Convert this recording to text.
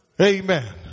Amen